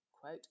quote